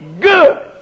Good